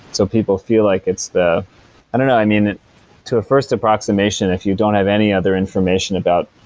so people feel like it's the i don't know, i mean to a first approximation if you don't have any other information about